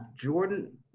Jordan